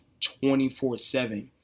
24-7